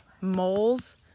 moles